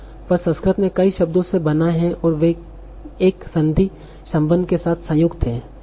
यह संस्कृत में कई शब्दों से बना है और वे एक संदी संबंध के साथ संयुक्त हैं